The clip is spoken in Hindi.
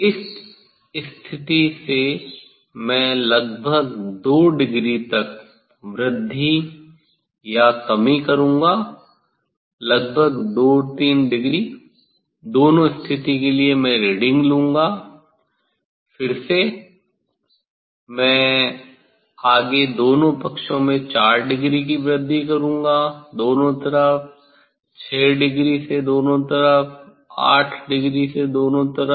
इस स्थिति से मैं लगभग 2 डिग्री तक वृद्धि या कमी करूँगा लगभग 2 3 डिग्री दोनों स्थिति के लिए मैं रीडिंग लूंगा फिर से मैं आगे दोनों पक्षों में 4 डिग्री की वृद्धि करूँगा दोनों तरफ 6 डिग्री से दोनों तरफ 8 डिग्री से दोनों तरफ